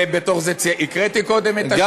אני עוד פעם מודה לכל המפלגות בקואליציה וגם באופוזיציה,